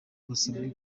basabwe